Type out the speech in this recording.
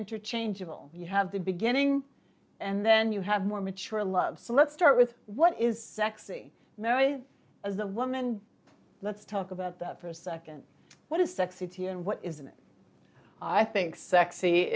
interchangeable you have the beginning and then you have more mature love so let's start with what is sexy marry the woman let's talk about the first second what is sex city and what isn't it i think sexy